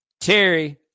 Terry